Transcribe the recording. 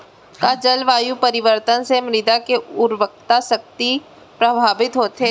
का जलवायु परिवर्तन से मृदा के उर्वरकता शक्ति प्रभावित होथे?